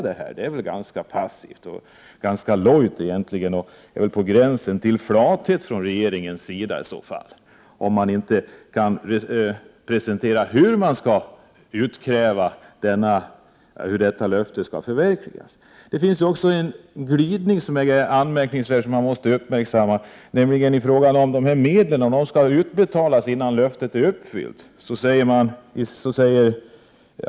Det är väl ganska passivt och lojt och på gränsen till flathet om regeringen inte kan presentera hur den skall utkräva att detta löfte förverkligas. Det finns också en anmärkningsvärd glidning som måste uppmärksammas i fråga om huruvida dessa medel skall utbetalas innan löftet är uppfyllt.